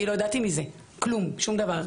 אני לא ידעתי מזה כלום, שום דבר.